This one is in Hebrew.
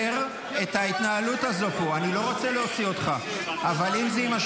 אני אומר לך,